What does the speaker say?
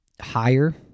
higher